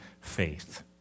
faith